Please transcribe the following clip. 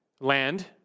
land